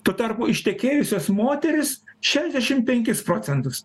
tuo tarpu ištekėjusios moterys šešdešim penkis procentus